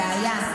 זה היה.